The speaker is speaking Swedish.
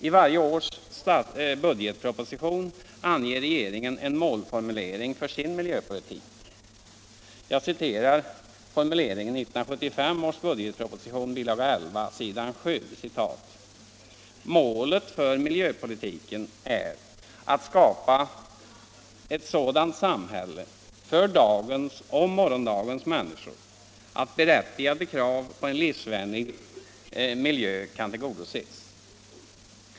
I varje års budgetproposition anger regeringen en målformulering för sin miljöpolitik. Jag citerar formuleringen i 1975 års budgetproposition bilaga 11 s. 7: ”Målet för miljöpolitiken är att skapa ett sådant samhälle för dagens och morgondagens människor att berättigade krav på en livsvänlig kan tillgodoses.